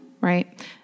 right